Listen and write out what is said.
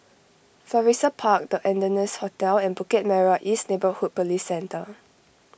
Florissa Park the Ardennes Hotel and Bukit Merah East Neighbourhood Police Centre